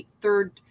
third